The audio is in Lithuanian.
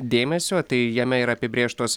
dėmesio tai jame yra apibrėžtos